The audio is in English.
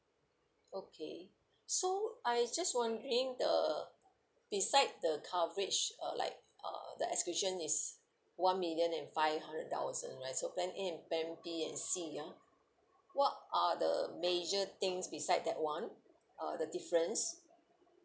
okay so I just wondering the beside the coverage uh like uh the excursion is one million and five hundred thousand right so plan A and plan B and C ya what are the major things beside that [one] uh the difference